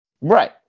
Right